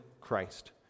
Christ